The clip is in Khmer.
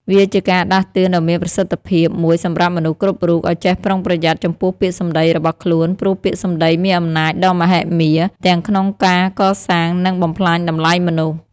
វាជាការដាស់តឿនដ៏មានប្រសិទ្ធភាពមួយសម្រាប់មនុស្សគ្រប់រូប ឱ្យចេះប្រុងប្រយ័ត្នចំពោះពាក្យសម្ដីរបស់ខ្លួន ព្រោះពាក្យសម្ដីមានអំណាចដ៏មហិមា ទាំងក្នុងការកសាង និងបំផ្លាញតម្លៃមនុស្ស។